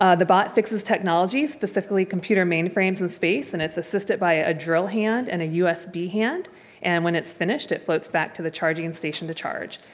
ah the bot fixes technologies specifically computer mainframes in space and it's assisted by a drill hand and a usb hand and when finished it floats back to the charging and station to charge.